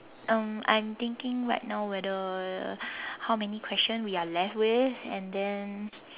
um I'm thinking right now whether how many questions we are left with and then